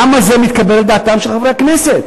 למה זה מתקבל על דעתם של חברי הכנסת?